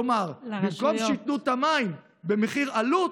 כלומר, במקום שייתנו את המים במחיר עלות,